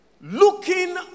Looking